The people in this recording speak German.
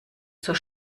zur